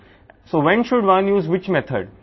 కాబట్టి సరైన పద్ధతిని ఎప్పుడు ఉపయోగించాలి